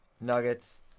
nuggets